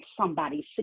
somebody's